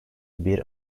bir